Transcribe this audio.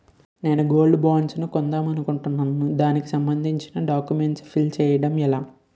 నేను gold bonds కొందాం అనుకుంటున్నా దానికి సంబందించిన డాక్యుమెంట్స్ ఫిల్ చేయడం ఎలా?